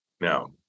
Now